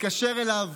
מתקשר אליו